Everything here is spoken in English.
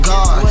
God